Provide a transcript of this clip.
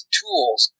tools